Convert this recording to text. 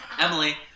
Emily